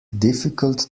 difficult